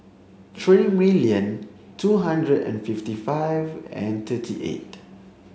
three million two hundred and fifty five and thirty eight